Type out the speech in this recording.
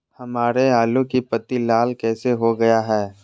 हमारे आलू की पत्ती लाल कैसे हो गया है?